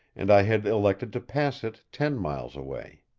and i had elected to pass it ten miles away!